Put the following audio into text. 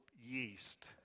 yeast